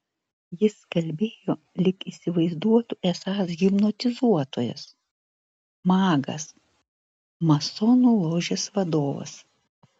jis kalbėjo lyg įsivaizduotų esąs hipnotizuotojas magas masonų ložės vadovas